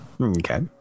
Okay